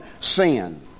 sin